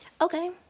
Okay